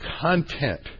content